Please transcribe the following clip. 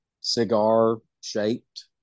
cigar-shaped